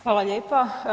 Hvala lijepa.